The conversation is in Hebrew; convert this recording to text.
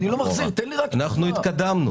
אנחנו התקדמנו.